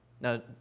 Now